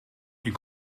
een